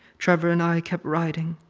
trevor and i kept riding,